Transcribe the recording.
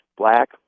black